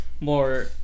more